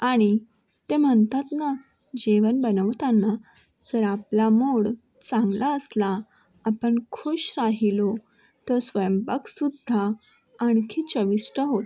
आणि ते म्हणतात ना जेवण बनवताना जर आपला मूड चांगला असला आपण खुश राहिलो तर स्वयंपाक सुद्धा आणखी चविष्ट होतो